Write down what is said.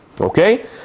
okay